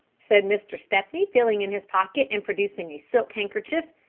said mr. stepney, feeling in his pocket and producing a silk handkerchief,